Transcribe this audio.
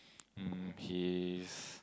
um he's